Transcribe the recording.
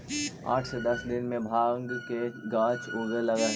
आठ से दस दिन में भाँग के गाछ उगे लगऽ हइ